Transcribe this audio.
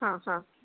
हा हा